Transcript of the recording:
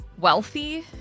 wealthy